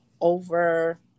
over